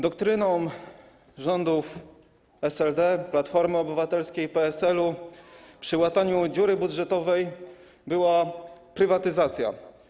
Doktryną rządów SLD, Platformy Obywatelskiej i PSL-u przy łataniu dziury budżetowej była prywatyzacja.